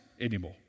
anymore